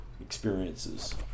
experiences